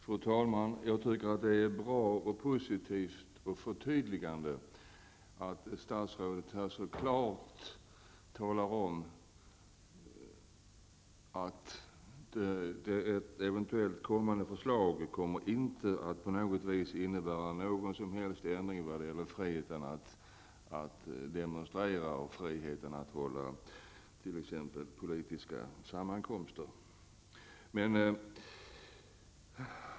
Fru talman! Jag tycker att det är bra och positivt och förtydligande att statsrådet här så klart talar om att ett eventuellt kommande förslag inte kommer att innebära någon som helst ändring vad gäller friheten att demonstrera och friheten att hålla t.ex.